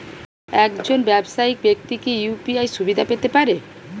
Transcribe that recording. একজন ব্যাবসায়িক ব্যাক্তি কি ইউ.পি.আই সুবিধা পেতে পারে?